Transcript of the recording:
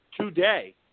today